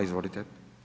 Izvolite.